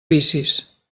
vicis